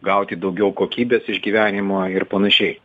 gauti daugiau kokybės iš gyvenimo ir panašiai